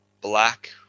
black